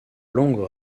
longues